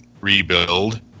rebuild